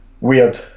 Weird